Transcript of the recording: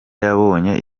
yabonye